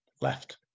left